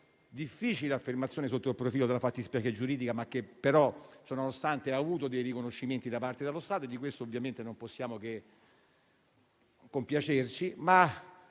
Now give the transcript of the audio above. difficile affermazione sotto il profilo della fattispecie giuridica, ma ciononostante ha avuto riconoscimenti da parte dello Stato, e di questo ovviamente non possiamo che compiacerci.